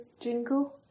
jingle